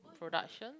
production